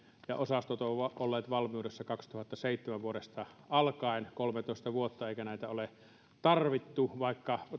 ja osastot ovat olleet valmiudessa vuodesta kaksituhattaseitsemän alkaen kolmetoista vuotta eikä näitä ole käytetty vaikka